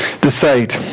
decide